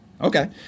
Okay